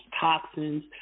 toxins